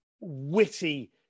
witty